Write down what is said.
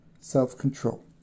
self-control